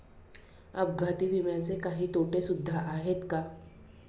अपघाती विम्याचे काही तोटे सुद्धा आहेत का?